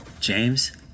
James